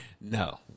No